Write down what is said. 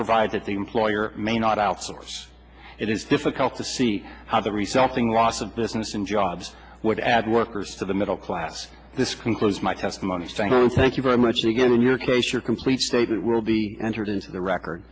provide that the employer may not outsource it is difficult to see how the resulting loss of business and jobs would add workers to the middle class this concludes my testimony saying thank you very much and again in your case your complete statement will be entered into the record